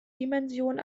dimension